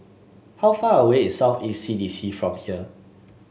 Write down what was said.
how far away is South East C D C from here